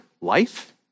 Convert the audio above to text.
life